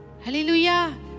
Hallelujah